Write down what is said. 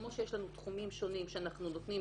כמו שיש לנו תחומים שונים שאנחנו נותנים